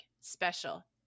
special